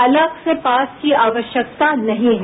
अलग से पास की आवश्यकता नहीं है